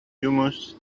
hummus